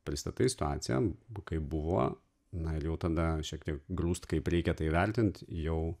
pristatai situaciją kaip buvo na ir jau tada šiek tiek grūst kaip reikia tai vertint jau